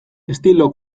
estilo